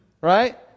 Right